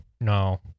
no